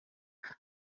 ntaho